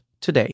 today